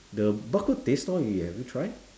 the bak-kut-teh store you have you try